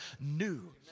new